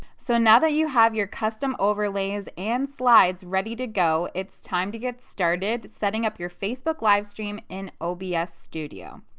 so now that you have your custom overlays and slides ready to go it's time to get started setting up your facebook live stream in obs studio.